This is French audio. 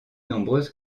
nombreuses